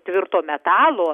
tvirto metalo